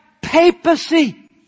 papacy